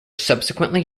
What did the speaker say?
subsequently